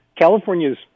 California's